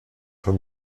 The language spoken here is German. von